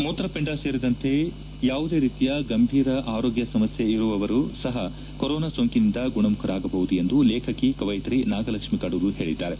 ಮೂತ್ರಪಿಂಡ ಸೇರಿದಂತೆ ಯಾವುದೇ ರೀತಿಯ ಗಂಭೀರ ಆರೋಗ್ಯ ಸಮಸ್ತೆ ಇರುವವರು ಸಹ ಕೊರೋನಾ ಸೋಂಕಿನಿಂದ ಗುಣಮುಖರಾಗಬಹುದು ಎಂದು ಲೇಖಕಿ ಕವಿಯಕ್ರಿ ನಾಗಲಕ್ಷ್ಮಿ ಕಡೂರು ಹೇಳಿದ್ದಾರೆ